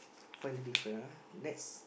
find the different ah next